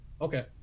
okay